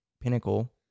pinnacle